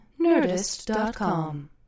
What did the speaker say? nerdist.com